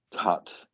cut